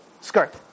skirt